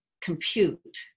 compute